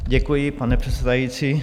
Děkuji, pane předsedající.